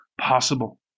possible